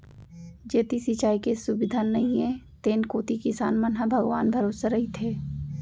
जेती सिंचाई के सुबिधा नइये तेन कोती किसान मन ह भगवान भरोसा रइथें